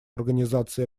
организации